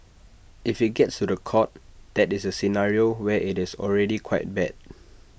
if IT gets to The Court that is A scenario where IT is already quite bad